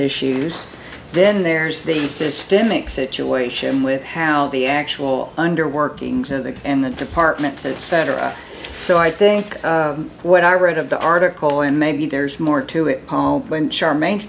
issues then there's the systemic situation with how the actual under workings of the in the department said cetera so i think what i read of the article and maybe there's more to it when charmaine